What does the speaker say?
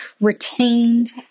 retained